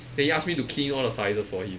then he ask me to key in all the sizes for him